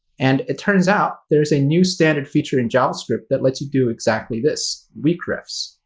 and it turns out there's a new standard feature in javascript that lets you do exactly this, weakrefs.